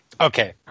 Okay